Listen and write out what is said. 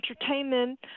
entertainment